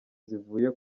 zivuye